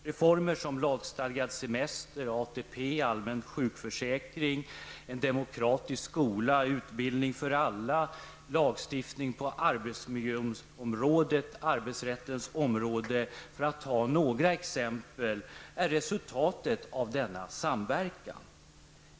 Reformer som lagstadgad semester, ATP, allmän sjukförsäkring, en demokratisk skola, utbildning för alla, lagstiftning på arbetsmiljöområdet och på arbetsrättens område är några exempel på resultatet av denna samverkan.